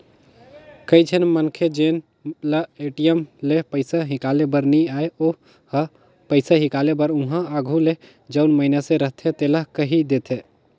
कइझन मनखे जेन ल ए.टी.एम ले पइसा हिंकाले बर नी आय ओ ह पइसा हिंकाले बर उहां आघु ले जउन मइनसे रहथे तेला कहि देथे